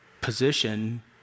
position